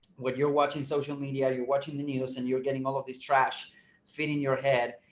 when you're watching social media, you're watching the news and you're getting all of these trash feet in your head,